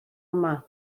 yma